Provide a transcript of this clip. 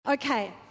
Okay